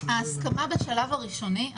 אומר לאדוני, חשובה ההסכמה בשלב הראשוני.